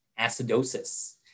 acidosis